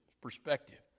perspective